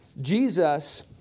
Jesus